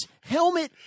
helmet